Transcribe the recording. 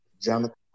Jonathan